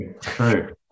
True